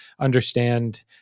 understand